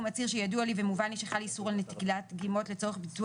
הוא מצהיר שידוע לי ומובן לי שחל איסור על נטילת דגימות לצורך ביצוע